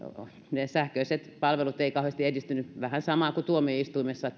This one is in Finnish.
ne sähköiset palvelut eivät ole kauheasti edistyneet on vähän samaa kuin tuomioistuimissa